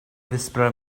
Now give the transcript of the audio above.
whisperer